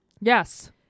Yes